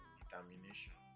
determination